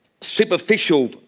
superficial